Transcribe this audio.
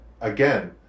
again